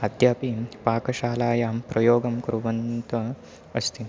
अद्यापिं पाकशालायां प्रयोगं कुर्वन्तः अस्ति